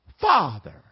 Father